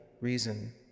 reason